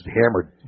hammered